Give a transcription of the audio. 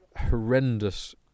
horrendous